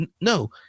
no